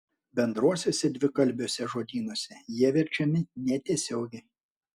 bendruosiuose dvikalbiuose žodynuose jie verčiami netiesiogiai